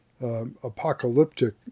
Apocalyptic